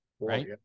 right